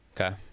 Okay